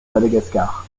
madagascar